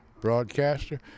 broadcaster